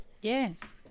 yes